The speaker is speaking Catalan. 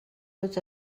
tots